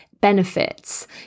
benefits